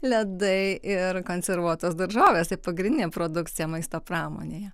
ledai ir konservuotos daržovės tai pagrindinė produkcija maisto pramonėje